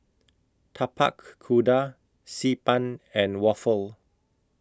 Tapak Kuda Xi Ban and Waffle